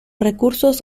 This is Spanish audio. recursos